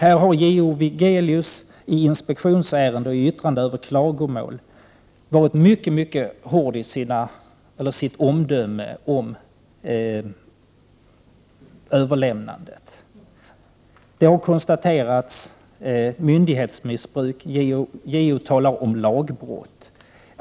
JO:s Anders Wigelius har i ett inspektionsärende och i ett klagomål varit mycket hård i sitt omdöme av detta överlämnande. Han har konstaterat myndighetsmissbruk och hävdar att lagbrott förekommit.